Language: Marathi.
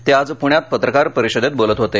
ते आज पृण्यात पत्रकार परिषदेत बोलत होते